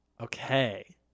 Okay